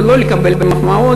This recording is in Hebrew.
לא כדי לקבל מחמאות,